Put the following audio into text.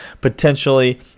potentially